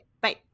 Bye